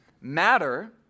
Matter